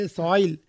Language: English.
soil